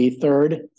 third